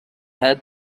had